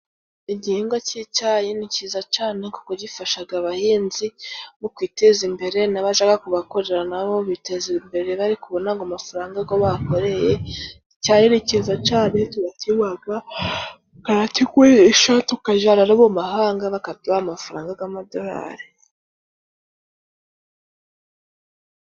Igihingwa cy'icyayi ni cyiza cane, kuko gifashaga abahinzi mu kwiteza imbere. N'abajaga kubakorera nabo biteza imbere, bari kubona ago mafaranga go bakoreye. Icyayi ni kiza cane turakinywaga, tukanakigurisha, tukajyana no mu mahanga bakaduha amafaranga g'amadorari.